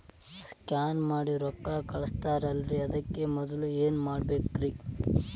ಈ ಸ್ಕ್ಯಾನ್ ಮಾಡಿ ರೊಕ್ಕ ಕಳಸ್ತಾರಲ್ರಿ ಅದಕ್ಕೆ ಮೊದಲ ಏನ್ ಮಾಡ್ಬೇಕ್ರಿ?